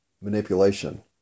manipulation